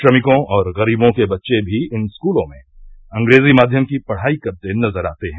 श्रमिकों और गरीबों के बच्चे भी इन स्कूलों में अंग्रेजी माध्यम की पढ़ाई करते नजर आते हैं